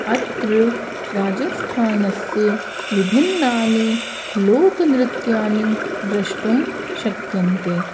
अत्र राजस्थानस्य विभिन्नानि लोकनृत्यानि द्रष्टुं शक्यन्ते